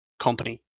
company